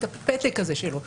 את הפתק שלו,